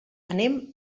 anem